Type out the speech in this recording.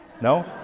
No